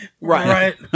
Right